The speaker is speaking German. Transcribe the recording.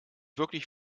wirklich